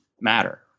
matter